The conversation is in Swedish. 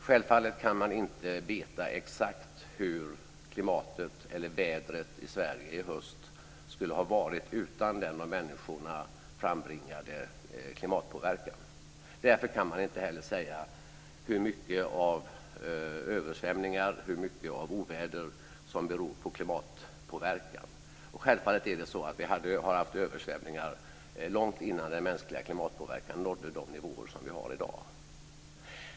Självfallet kan man inte veta exakt hur klimatet eller vädret i Sverige i höst skulle ha varit utan den av människorna frambringade klimatpåverkan. Därför kan man inte heller säga hur mycket av översvämningar och hur mycket av oväder som beror på klimatpåverkan. Självfallet är det så att vi har haft översvämningar långt innan den mänskliga klimatpåverkan nådde de nivåer som vi har i dag.